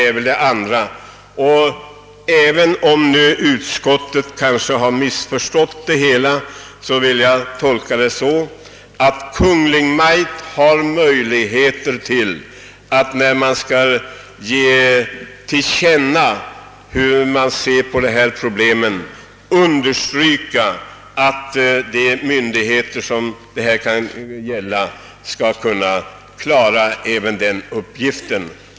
Även om utskottet således kanske har missförstått det hela vill jag tolka det så, att Kungl. Maj:t, när detta skall tillkännages, har möjligheter att göra det på ett sådant sätt att de myndigheter det gäller skall kunna klara även denna uppgift.